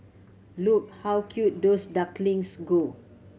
look how cute those ducklings go